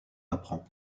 apprend